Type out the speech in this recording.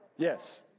Yes